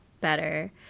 better